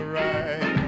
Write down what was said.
right